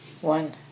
one